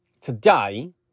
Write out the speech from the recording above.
today